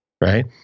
right